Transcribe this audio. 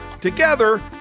Together